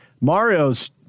Mario's –